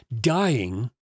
dying